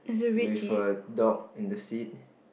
with a dog in the seat